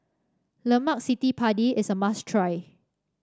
Lemak Padi is a must try